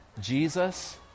Jesus